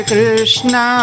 Krishna